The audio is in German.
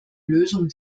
lösung